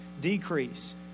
decrease